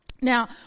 Now